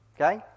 Okay